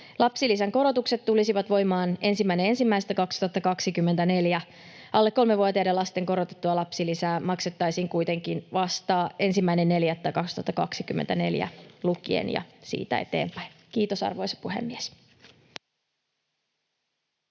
Lapsilisän korotukset tulisivat voimaan 1.1.2024. Alle kolmevuotiaiden lasten korotettua lapsilisää maksettaisiin kuitenkin vasta 1.4.2024 lukien ja siitä eteenpäin. — Kiitos, arvoisa puhemies.